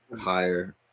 higher